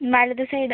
വലത് സൈഡ്